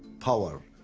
power.